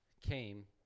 came